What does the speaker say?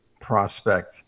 prospect